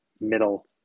middle